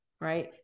right